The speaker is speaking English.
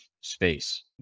space